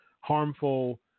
harmful